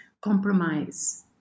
compromise